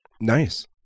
Nice